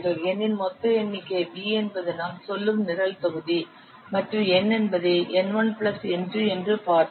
N இன் மொத்த எண்ணிக்கை V என்பது நாம் சொல்லும் நிரல் தொகுதி மற்றும் N என்பது N1 பிளஸ் N 2 என்று பார்த்தோம்